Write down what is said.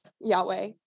yahweh